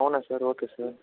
అవునా sir okay sir